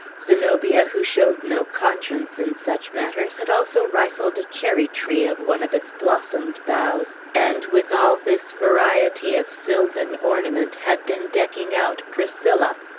zenobia, who showed no conscience in such matters, had also rifled a cherry-tree of one of its blossomed boughs, and, with all this variety of sylvan ornament, had been decking out priscilla.